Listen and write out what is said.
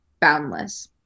boundless